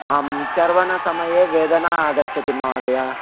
आं चर्वनसमये वेदना आगच्छति महोदय